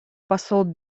посол